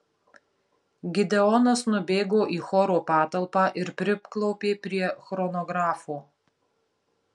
gideonas nubėgo į choro patalpą ir priklaupė prie chronografo